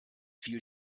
viel